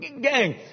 Gang